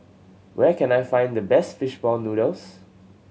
where can I find the best fish ball noodles